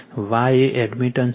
તેથી Y એ admittance છે